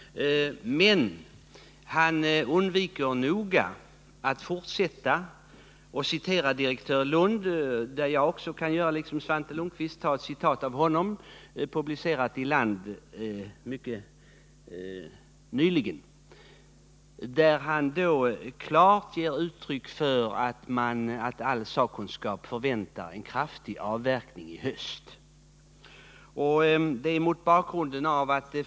Men han undviker nogsamt att citera vad direktör Lundh vidare säger i den artikel som helt nyligen publicerades i tidningen Land. Direktör Lundh ger där klart uttryck för att all sakkunskap förväntar sig en kraftig avverkning i höst.